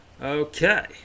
Okay